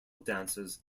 dances